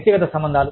వ్యక్తిగత సంబంధాలు